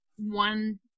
one